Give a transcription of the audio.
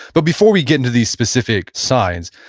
but before we get into these specific signs,